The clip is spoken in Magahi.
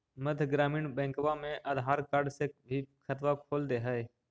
मध्य ग्रामीण बैंकवा मे आधार कार्ड से भी खतवा खोल दे है?